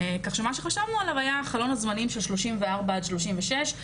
כך שמה שחשבנו עליו היה חלון הזמנים של 34 עד 36,